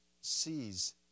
sees